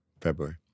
february